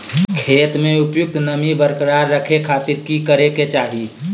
खेत में उपयुक्त नमी बरकरार रखे खातिर की करे के चाही?